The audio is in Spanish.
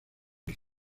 que